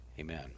Amen